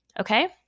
Okay